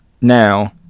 now